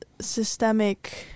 systemic